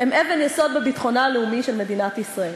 הם אבן יסוד בביטחונה הלאומי של מדינת ישראל.